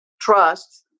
trust